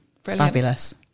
fabulous